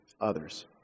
others